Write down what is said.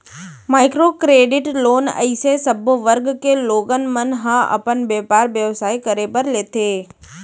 micro credit loan अइसे सब्बो वर्ग के लोगन मन ह अपन बेपार बेवसाय करे बर लेथे